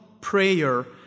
prayer